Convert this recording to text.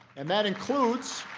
and that includes